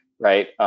Right